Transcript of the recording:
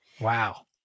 Wow